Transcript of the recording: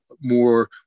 more